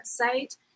website